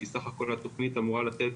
כי סך הכול התוכנית אמורה לתת